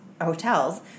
hotels